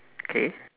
K